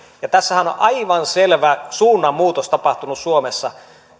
tässähän on on aivan selvä suunnanmuutos tapahtunut suomessa